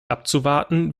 abzuwarten